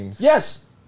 Yes